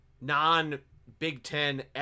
non-big-ten